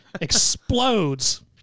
explodes